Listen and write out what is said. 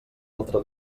altre